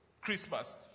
Christmas